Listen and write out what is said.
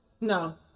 No